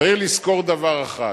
צריך לזכור דבר אחד,